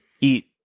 eat